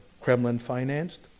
Kremlin-financed